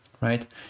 right